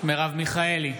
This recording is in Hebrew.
מרב מיכאלי,